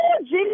Jesus